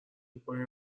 پای